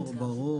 ברור.